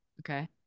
okay